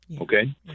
Okay